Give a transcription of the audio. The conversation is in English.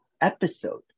episode